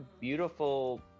beautiful